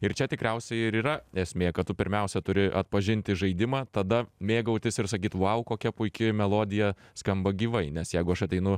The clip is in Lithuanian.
ir čia tikriausiai ir yra esmė kad tu pirmiausia turi atpažinti žaidimą tada mėgautis ir sakyt vau kokia puiki melodija skamba gyvai nes jeigu aš ateinu